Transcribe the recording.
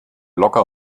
locker